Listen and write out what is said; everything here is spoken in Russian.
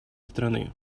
страны